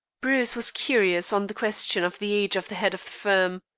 bruce was curious on the question of the age of the head of the firm.